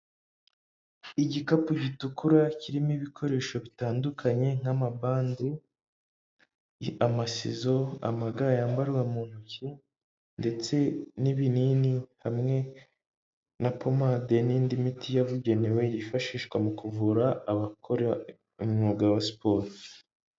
Igikapu gitukura kirimo ibikoresho bitandukanye nk'amabande, amasizo, amaga yambarwa mu ntoki ndetse n'ibinini, hamwe na pomade n'indi miti yabugenewe yifashishwa mu kuvura abakora umwuga wa siporo.